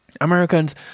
Americans